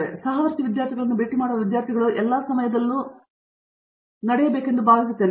ಹಾಗಾಗಿ ಸಹವರ್ತಿ ವಿದ್ಯಾರ್ಥಿಗಳನ್ನು ಭೇಟಿ ಮಾಡುವ ವಿದ್ಯಾರ್ಥಿಗಳು ಎಲ್ಲ ಸಮಯದಲ್ಲೂ ನಡೆಯಬೇಕೆಂದು ನಾನು ಭಾವಿಸುತ್ತೇನೆ